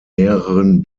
mehreren